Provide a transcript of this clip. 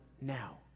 now